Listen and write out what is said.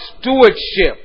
stewardship